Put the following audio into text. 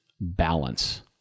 Balance